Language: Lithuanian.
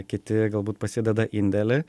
kiti galbūt prasideda indėlį